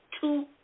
two